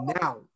now